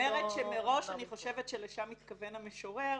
אומרת שמראש אני חושבת שלשם התכוון המשורר,